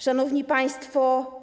Szanowni Państwo!